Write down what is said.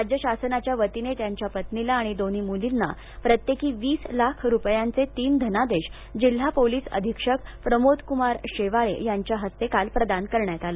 राज्य शासनाच्या वतीने त्यांच्या पत्नीला आणि दोन मुलींना प्रत्येकी वीस लाख रुपयांचे तीन धनादेश जिल्हा पोलीस अधीक्षक प्रमोदक्मार शेवाळे यांच्या हस्ते काल प्रदान करण्यात आले